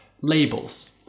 labels